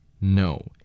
No